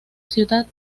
ciudad